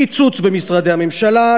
קיצוץ במשרדי הממשלה,